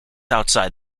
outside